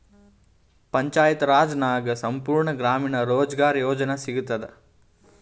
ಪಂಚಾಯತ್ ರಾಜ್ ನಾಗ್ ಸಂಪೂರ್ಣ ಗ್ರಾಮೀಣ ರೋಜ್ಗಾರ್ ಯೋಜನಾ ಸಿಗತದ